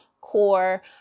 core